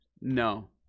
No